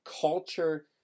culture